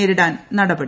നേരിടാൻ നടപടി